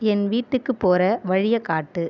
என் வீட்டுக்கு போகிற வழியை காட்டு